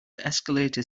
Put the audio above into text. escalator